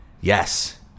yes